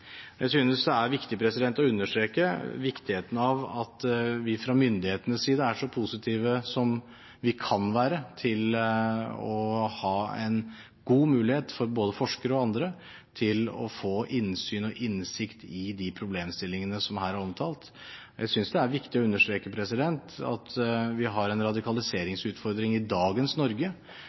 Jeg synes det er viktig å understreke viktigheten av at vi fra myndighetenes side er så positive som vi kan være, til å gi en god mulighet for både forskere og andre til å få innsyn og innsikt i de problemstillingene som her er omtalt. Jeg synes det er viktig å understreke at vi har en radikaliseringsutfordring i dagens Norge